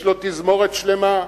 יש לו תזמורת שלמה,